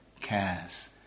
cares